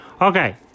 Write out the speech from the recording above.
Okay